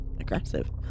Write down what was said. aggressive